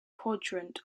quadrant